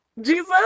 jesus